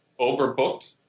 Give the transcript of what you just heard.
overbooked